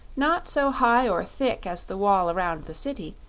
not so high or thick as the wall around the city,